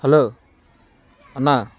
hello అన్న